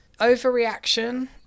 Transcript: overreaction